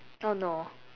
oh no